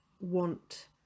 want